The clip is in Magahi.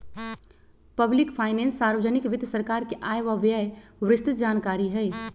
पब्लिक फाइनेंस सार्वजनिक वित्त सरकार के आय व व्यय के विस्तृतजानकारी हई